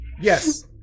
Yes